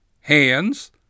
hands